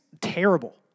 terrible